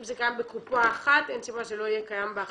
אם זה קיים בקופה אחת אין סיבה שזה לא יהיה קיים באחרות.